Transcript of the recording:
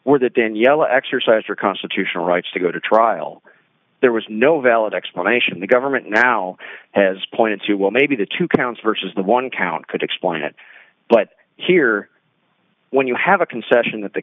were that danielle exercise your constitutional rights to go to trial there was no valid explanation the government now has pointed to well maybe the two counts versus the one count could explain it but here when you have a concession that the